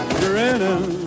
grinning